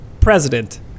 president